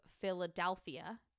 Philadelphia